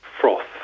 froth